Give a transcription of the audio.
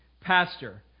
Pastor